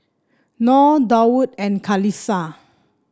nor Daud and Khalish